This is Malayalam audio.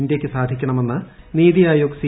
ഇന്ത്യയ്ക്ക് സാധിക്കൺമെന്ന് നീതി ആയോഗ് സി